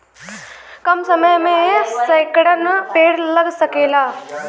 कम समय मे सैकड़न पेड़ लग सकेला